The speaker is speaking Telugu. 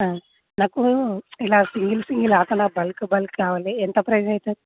నాకు ఇలా సింగిల్ సింగిల్ నాకలా బల్క్ బల్క్ కావాలి ఎంత ప్రైజ్ అవుతుంది